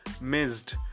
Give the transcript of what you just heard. missed